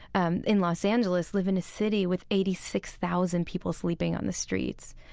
um in los angeles, live in a city with eighty six thousand people sleeping on the streets.